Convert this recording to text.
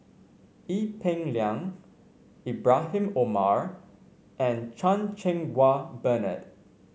Ee Peng Liang Ibrahim Omar and Chan Cheng Wah Bernard